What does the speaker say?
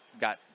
Got